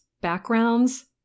backgrounds